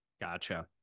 Gotcha